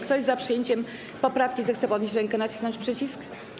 Kto jest za przyjęciem poprawki, zechce podnieść rękę i nacisnąć przycisk.